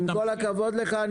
עם כל הכבוד לך,